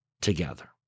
together